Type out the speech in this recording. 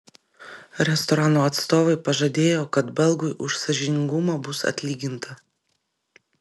restorano atstovai pažadėjo kad belgui už sąžiningumą bus atlyginta